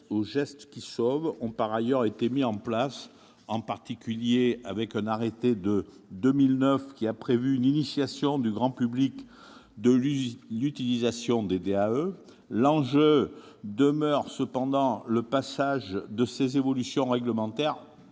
aux « gestes qui sauvent » ont par ailleurs été mis en place. En particulier, un arrêté de 2009 a prévu une initiation du grand public à l'utilisation des DAE. L'enjeu demeure cependant le passage de ces évolutions réglementaires